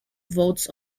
votes